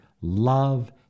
love